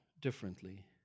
differently